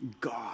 God